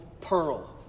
pearl